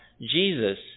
Jesus